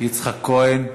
יצחק כהן?